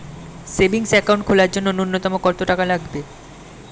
Savings account খোলার জন্য নূন্যতম কত টাকা লাগবে?